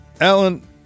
Alan